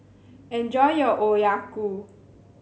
enjoy your Okayu